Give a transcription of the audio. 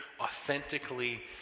authentically